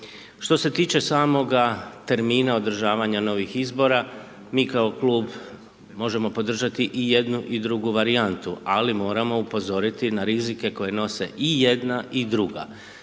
Što se tiče samoga termina održavanja novih izbora, mi kao klub možemo podržati i jednu i drugu varijantu, ali moramo upozoriti na rizike koje nose i jedna i druga.